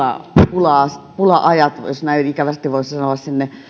pula ajat pula ajat jos näin ikävästi voisi